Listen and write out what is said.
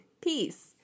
Peace